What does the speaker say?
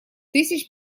тысяч